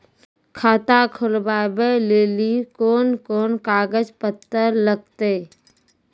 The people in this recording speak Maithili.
खाता खोलबाबय लेली कोंन कोंन कागज पत्तर लगतै?